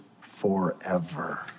forever